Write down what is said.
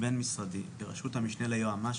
בין-משרדי ברשות המשנה ליועמ"ש,